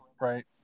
right